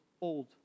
old